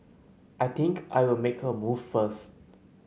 I think I'll make a move first